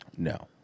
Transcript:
No